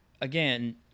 again